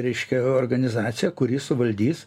reiškia organizaciją kuri suvaldys